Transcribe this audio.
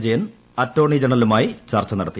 Vijayan attorney ജനറലുമായി ചർച്ച നടത്തി